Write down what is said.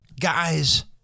Guys